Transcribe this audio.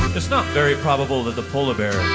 it's not very probable that the polar bear